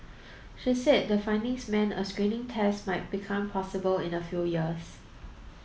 she said the findings meant a screening test might become possible in a few years